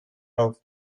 auf